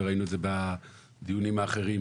וראינו את זה בדיונים האחרים,